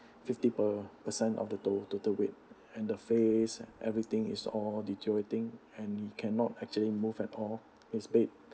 fifty per per cent of the to~ total weight and the face everything is all deteriorating and he cannot actually move at all his bed